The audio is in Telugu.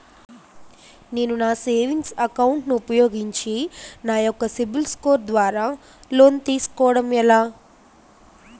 నేను నా సేవింగ్స్ అకౌంట్ ను ఉపయోగించి నా యెక్క సిబిల్ స్కోర్ ద్వారా లోన్తీ సుకోవడం ఎలా?